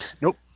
Nope